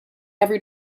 every